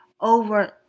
over